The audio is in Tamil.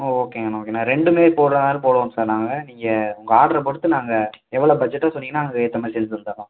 ஓ ஓகேங்கண்ணா ஓகேண்ணா ரெண்டும் போடுறதுனாலும் போடுவோம் சார் நாங்கள் நீங்கள் உங்கள் ஆர்டரை பொறுத்து நாங்கள் எவ்வளோ பட்ஜெட்டோ சொன்னீங்கன்னா நாங்கள் அதுக்கேற்ற மாதிரி செஞ்சு தந்துடுறோம்